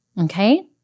okay